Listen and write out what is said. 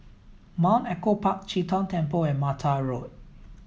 Mount Echo Park Chee Tong Temple and Mata Road